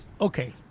okay